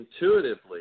Intuitively